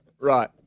right